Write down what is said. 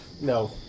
No